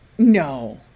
No